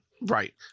right